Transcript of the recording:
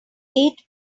eight